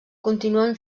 continuen